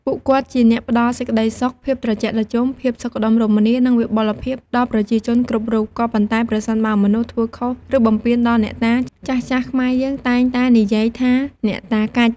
ពួកគាត់ជាអ្នកផ្ដល់សេចក្ដីសុខ ភាពត្រជាក់ត្រជុំ ភាពសុខដុមរមនា និងវិបុលភាពដល់ប្រជាជនគ្រប់រូប ក៏ប៉ុន្តែប្រសិនបើមនុស្សធ្វើខុសឬបំពានដល់អ្នកតា ចាស់ៗខ្មែរយើងតែងតែនិយាយថាអ្នកតាកាច់។